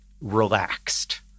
relaxed